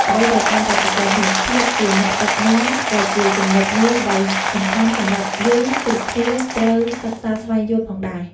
អ្វីដែលកាន់តែពិសេសនោះ ភាពជាអ្នកដឹកនាំក៏ជាចំណុចមួយដែលសំខាន់សម្រាប់យើងគ្រប់គ្នាត្រូវសិក្សាស្វែងយល់ផងដែរ។